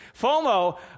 FOMO